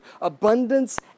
abundance